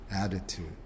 attitude